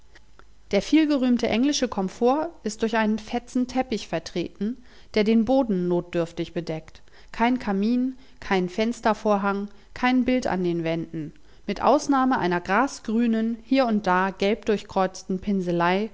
der vielgerühmte englische komfort ist durch einen fetzen teppich vertreten der den boden notdürftig bedeckt kein kamin kein fenstervorhang kein bild an den wänden mit ausnahme einer grasgrünen hier und da gelbdurchkreuzten pinselei